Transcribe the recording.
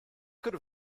could